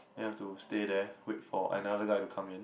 then I have to stay there wait for another guy to come in